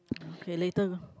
okay later